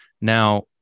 Now